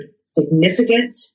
significant